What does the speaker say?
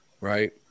right